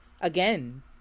again